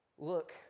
Look